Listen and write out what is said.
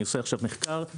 אני עושה עכשיו מחקר,